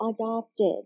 adopted